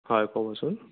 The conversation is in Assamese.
হয় ক'বচোন